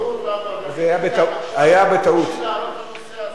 חיכיתי עד עכשיו בשביל להעלות את הנושא הזה,